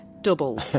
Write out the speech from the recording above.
double